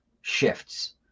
shifts